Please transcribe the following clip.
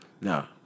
No